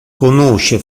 conosce